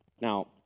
Now